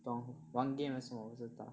那种玩 game 的什么我不知道